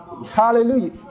Hallelujah